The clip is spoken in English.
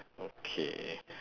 okay